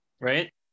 right